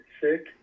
sick